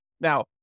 Now